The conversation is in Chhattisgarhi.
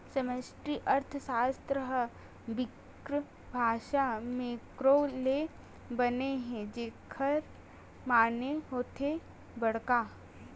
समस्टि अर्थसास्त्र ह ग्रीक भासा मेंक्रो ले बने हे जेखर माने होथे बड़का